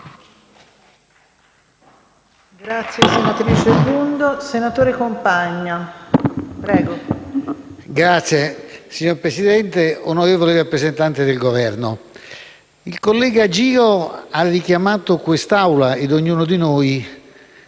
PLI))*. Signora Presidente, onorevole rappresentante del Governo, il collega Giro ha richiamato quest'Assemblea e ognuno di noi